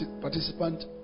participant